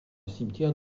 cimetière